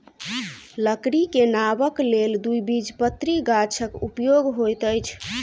लकड़ी के नावक लेल द्विबीजपत्री गाछक उपयोग होइत अछि